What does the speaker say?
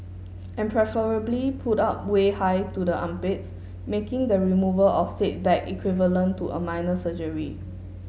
and preferably pulled up way high to the armpits making the removal of said bag equivalent to a minor surgery